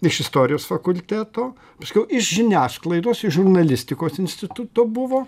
iš istorijos fakulteto paskiau iš žiniasklaidos iš žurnalistikos instituto buvo